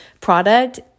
product